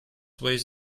weighs